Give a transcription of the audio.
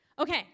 Okay